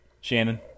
Shannon